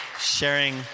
sharing